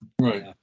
Right